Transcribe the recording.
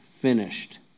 finished